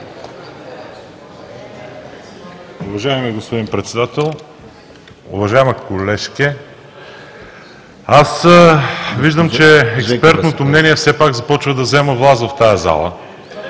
Уважаеми господин Председател, уважаема колежке! Аз виждам, че експертното мнение все пак започва да взема власт в тази зала.